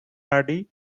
hardy